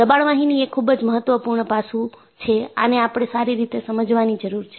દબાણ વાહિની એ ખૂબ જ મહત્વપૂર્ણ પાસું છે આને આપણે સારી રીતે સમજવાની જરૂર છે